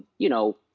you know,